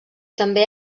també